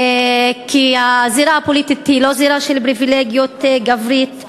כי הזירה הפוליטית היא לא זירה של פריבילגיה גברית,